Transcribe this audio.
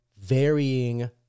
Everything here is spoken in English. varying